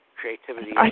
creativity